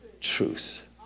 truth